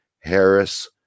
Harris